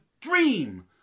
dream